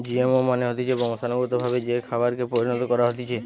GMO মানে হতিছে বংশানুগতভাবে যে খাবারকে পরিণত করা হতিছে